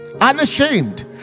unashamed